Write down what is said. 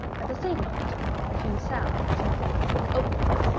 at the same moment there came a sound resembling the quick opening,